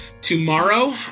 tomorrow